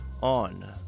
on